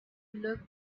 look